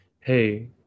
hey